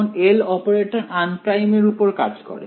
এখন L operator unprime এর উপর কাজ করে